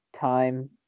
time